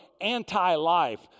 anti-life